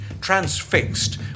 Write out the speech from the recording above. transfixed